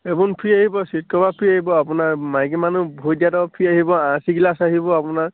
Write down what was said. এইবোৰ ফ্ৰী আহিব seat cover free আহিব আপোনাৰ মাইকী মানুহ ভৰি দিয়াডাল ফ্ৰী আহিব আৰ চি গ্লাছ আহিব আপোনাৰ